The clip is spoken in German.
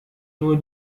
nur